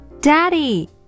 Daddy